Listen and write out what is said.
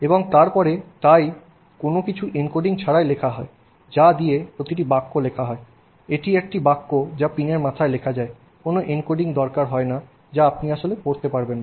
এবং তারপরে তাই কোনও কিছু এনকোডিং ছাড়াই লেখা হয় যা দিয়ে প্রতিটি বাক্য লেখা হয় এটি একটি বাক্য যা পিনের মাথায় লেখা যায় কোনও এনকোডিং দরকার হয় না যা আপনি আসলে পড়তে পারবেন না